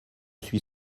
suis